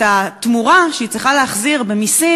את התמורה שהיא צריכה להחזיר במסים,